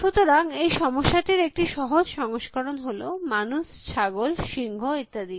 সুতরাং এই সমস্যাটির একটি সহজ সংস্করণ হল মানুষ ছাগল সিংহ ইত্যাদি